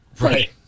Right